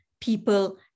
people